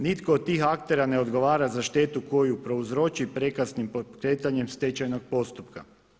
Nitko od tih aktera ne odgovara za štetu koju prouzroči prekasnim pokretanjem stečajnog postupka.